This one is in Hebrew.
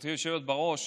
גברתי היושבת בראש,